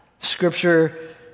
Scripture